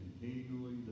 continually